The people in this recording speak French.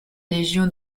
légion